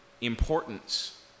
importance